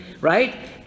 Right